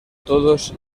todos